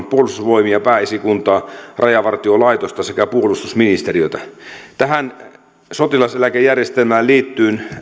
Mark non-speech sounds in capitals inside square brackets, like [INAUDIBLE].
[UNINTELLIGIBLE] puolustusvoimia pääesikuntaa rajavartiolaitosta sekä puolustusministeriötä sotilaseläkejärjestelmään liittyy